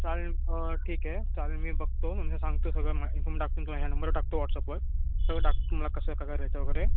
चालेल ठीक आहे चालेल मी बघतो म्हणजे सांगतो सगळं मं इन्फॉम टाकतो तुम्हाला ह्या नंबर टाकतो व्हॉट्सअपवर सगळं टाक मला कसं काय यायच्या वगैरे